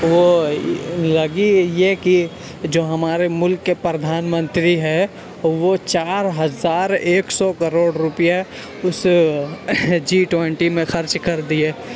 وہ لگی یہ کہ جو ہمارے ملک کے پردھان منتری ہیں وہ چار ہزار ایک سو کروڑ روپیہ اس جی ٹوینٹی میں خرچ کر دیے